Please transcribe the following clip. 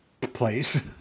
place